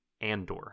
Andor